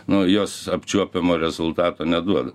nu jos apčiuopiamo rezultato neduoda